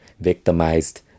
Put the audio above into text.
victimized